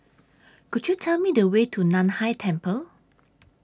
Could YOU Tell Me The Way to NAN Hai Temple